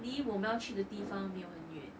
离我们要去的地方没有很远